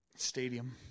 stadium